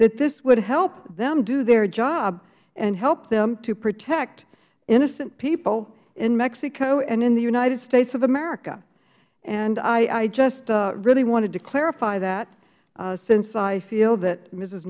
that this would help them do their job and help them to protect innocent people in mexico and in the united states of america and i just really wanted to clarify that since i feel that m